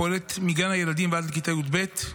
הפועלת מגן הילדים ועד לכיתה י"ב.